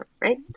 right